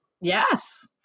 yes